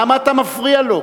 למה אתה מפריע לו?